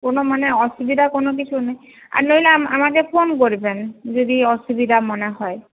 কোনো মানে অসুবিধা কোনো কিছু নেই আর নইলে আমাকে ফোন করবেন যদি অসুবিধা মনে হয়